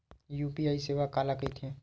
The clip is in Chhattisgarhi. यू.पी.आई सेवा काला कइथे?